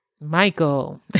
Michael